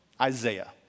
Isaiah